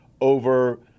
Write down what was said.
over